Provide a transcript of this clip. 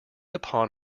upon